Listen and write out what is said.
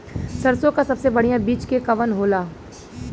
सरसों क सबसे बढ़िया बिज के कवन होला?